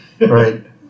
Right